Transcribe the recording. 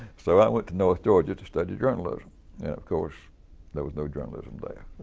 so i went to north georgia to study journalism and of course there was no journalism there.